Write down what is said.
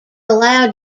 allowed